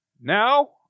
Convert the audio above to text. Now